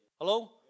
Hello